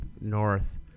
north